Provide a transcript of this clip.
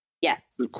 Yes